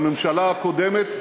בממשלה הקודמת,